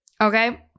Okay